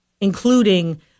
including